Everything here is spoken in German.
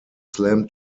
slam